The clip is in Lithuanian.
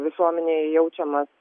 visuomenėje jaučiamas